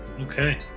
okay